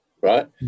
right